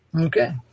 okay